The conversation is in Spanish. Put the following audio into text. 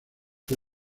fue